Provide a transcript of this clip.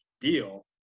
deal